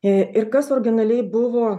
i ir kas originaliai buvo